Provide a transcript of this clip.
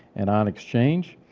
and on exchange,